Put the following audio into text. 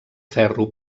ferro